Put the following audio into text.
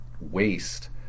waste